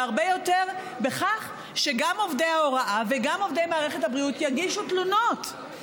והרבה יותר בכך שגם עובדי ההוראה וגם עובדי מערכת הבריאות יגישו תלונות,